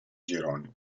gironi